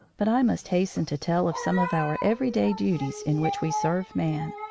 but i must hasten to tell of some of our everyday duties in which we serve man.